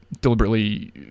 deliberately